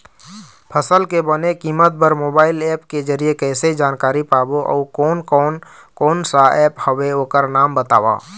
फसल के बने कीमत बर मोबाइल ऐप के जरिए कैसे जानकारी पाबो अउ कोन कौन कोन सा ऐप हवे ओकर नाम बताव?